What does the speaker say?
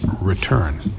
return